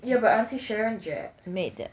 yeah but auntie sharon jabbed